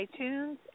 iTunes